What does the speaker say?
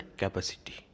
capacity